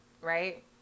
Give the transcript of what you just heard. right